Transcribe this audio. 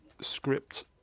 script